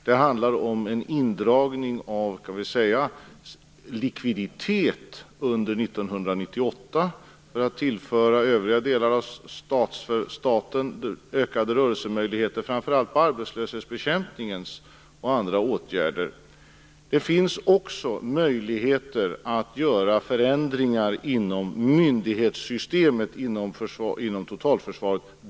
Det handlar om en indragning av likviditet under 1998 för att tillföra övriga delar av staten ökade rörelsemöjligheter, framför allt när det gäller arbetslöshetsbekämpningen och andra åtgärder. Det finns också möjligheter att göra förändringar inom myndighetssystemet inom totalförsvaret.